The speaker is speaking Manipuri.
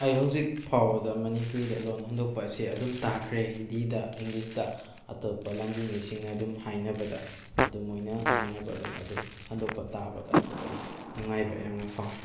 ꯑꯩ ꯍꯧꯖꯤꯛ ꯐꯥꯎꯕꯗ ꯃꯅꯤꯄꯨꯔꯤꯗ ꯂꯣꯟ ꯍꯟꯗꯣꯛꯄ ꯑꯁꯤ ꯑꯗꯨꯝ ꯇꯈ꯭ꯔꯦ ꯍꯤꯟꯗꯤꯗ ꯏꯪꯂꯤꯁꯇ ꯑꯇꯣꯞꯄ ꯂꯝꯒꯤ ꯃꯤꯁꯤꯡꯅ ꯑꯗꯨꯝ ꯍꯥꯏꯅꯕꯗ ꯑꯗꯨ ꯃꯣꯏꯅ ꯉꯥꯡꯅꯕ ꯂꯣꯟ ꯑꯗꯨ ꯍꯟꯗꯣꯛꯄ ꯇꯥꯕꯗ ꯑꯗꯣ ꯑꯩ ꯅꯨꯡꯉꯥꯏꯕ ꯌꯥꯝꯅ ꯐꯥꯎꯑꯦ